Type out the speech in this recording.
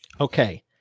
Okay